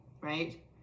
right